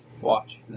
watch